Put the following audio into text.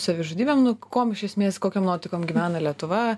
savižudybėm nu kuom iš esmės kokiom nuotaikom gyvena lietuva